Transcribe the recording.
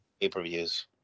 pay-per-views